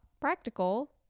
practical